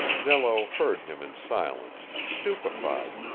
nello heard him in silence, stupefied,